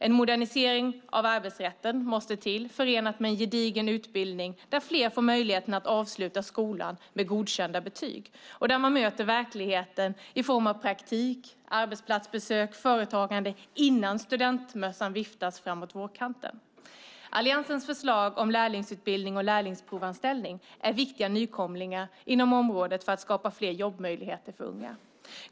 En modernisering av arbetsrätten måste till och förenas med en gedigen utbildning där fler får möjligheten att avsluta skolan med godkända betyg och där man möter verkligheten i form av praktik, arbetsplatsbesök och företagande innan studentmössan viftas framåt vårkanten. Alliansens förslag om lärlingsutbildning och lärlingsprovanställning är viktiga nykomlingar inom området för att skapa fler jobbmöjligheter för unga.